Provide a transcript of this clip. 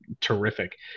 terrific